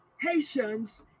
haitians